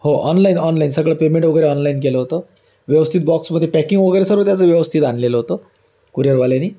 हो online online सगळं पेमेंटवगैरे ऑनलाईन केलं होतं व्यवस्थित बॉक्समध्ये पकिंग वगैरे सर्व त्याचं व्यवस्थित आणलेलं होतं कुरीअरवाल्यानी